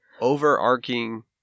overarching